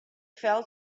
fell